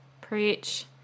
preach